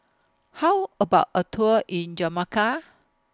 How about A Tour in Jamaica